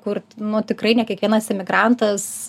kur nu tikrai ne kiekvienas emigrantas